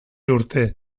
urte